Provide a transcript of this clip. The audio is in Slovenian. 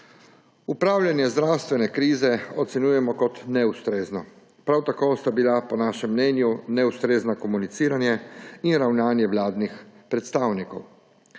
Upravljanje zdravstvene krize ocenjujemo kot neustrezno. Prav tako sta bila po našem mnenju neustrezna komuniciranje in ravnanje vladnih predstavnikov.